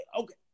okay